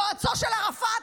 יועצו של ערפאת,